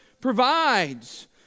provides